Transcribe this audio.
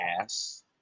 ass